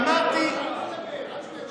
אמרתי, תתעקש עד שהוא יקשיב.